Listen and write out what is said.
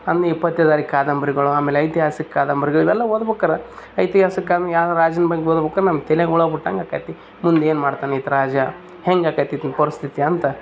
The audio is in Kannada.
ಅನ್ನು ಈ ಪತ್ತೇದಾರಿ ಕಾದಂಬರಿಗಳು ಆಮೇಲೆ ಐತಿಹಾಸಿಕ ಕಾದಂಬರಿಗಳ್ ಇವೆಲ್ಲ ಓದ್ಬೇಕಾರ ಐತಿಹಾಸಿಕ ಅಂದ್ರರೆ ಯಾವುದೇ ರಾಜನ ಬಗ್ಗೆ ಓದಿ ನಮ್ಮ ತಲೆಯಾಗೆ ಹುಳ ಬಿಟ್ಕಂಡು ಇರ್ತಾಯಿತಿ ಮುಂದೆ ಏನು ಮಾಡ್ತಾನೆ ಈ ರಾಜ ಹೆಂಗೆ ಆಕತಿ ಮುಂದೆ ಪರಿಸ್ಥಿತಿ ಅಂತ